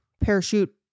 parachute